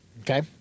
Okay